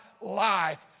life